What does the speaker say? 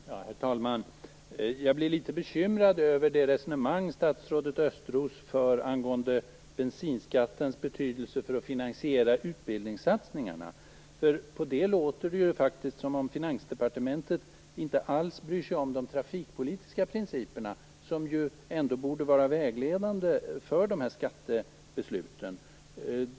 Herr talman! Jag blir litet bekymrad över det resonemang som statsrådet Östros för angående bensinskattens betydelse för att finansiera utbildningssatsningarna. Det låter faktiskt som om Finansdepartementet inte alls bryr sig om de trafikpolitiska principerna, som ju ändå borde vara vägledande för skattebesluten.